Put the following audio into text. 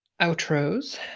outros